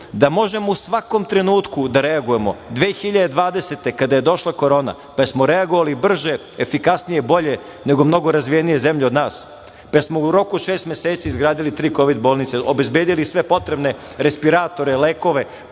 da možemo u svakom trenutku da reagujemo, 2020. godine kada je došla korona, pa da li smo reagovali brže, efikasnije, bolje nego mnogo razvijenije zemlje od nas? Pa, da li smo u roku od šest meseci izgradili tri kovid bolnice, obezbedili sve potrebne respiratore, lekove,